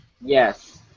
Yes